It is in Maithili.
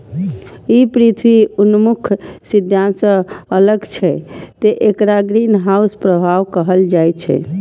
ई पृथ्वी उन्मुख सिद्धांत सं अलग छै, तें एकरा ग्रीनहाउस प्रभाव कहल जाइ छै